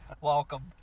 Welcome